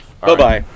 Bye-bye